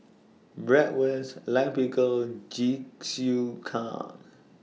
Bratwurst Lime Pickle Jingisukan